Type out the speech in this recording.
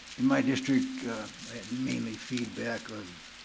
in my district, i had mainly feedback of,